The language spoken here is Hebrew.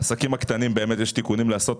בעסקים הקטנים באמת יש תיקונים לעשות.